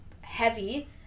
heavy